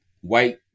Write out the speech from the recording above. white